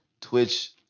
Twitch